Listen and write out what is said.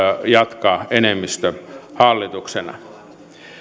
jatkaa enemmistöhallituksena